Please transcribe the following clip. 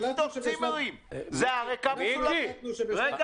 מיקי לוי,